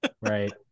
Right